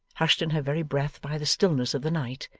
hushed in her very breath by the stillness of the night,